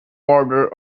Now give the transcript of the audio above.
border